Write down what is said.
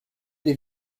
des